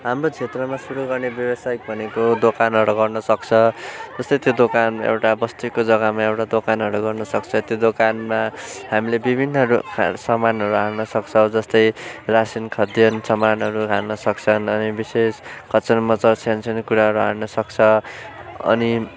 हाम्रो क्षेत्रमा सुरु गर्ने व्यावसायिक भनेको दोकानहरू गर्न सक्छ जस्तै त्यो दोकान एउटा बस्तीको जग्गामा एउटा दोकानहरू गर्न सक्छ त्यो दोकानमा हामीले विभिन्न सामानहरू हाल्न सक्छौँ जस्तै रासिन खाद्य सामानहरू हाल्न सक्छन् अनि विशेष खचरमचर सानोसानो कुराहरू हाल्न सक्छ अनि